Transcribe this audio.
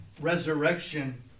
Resurrection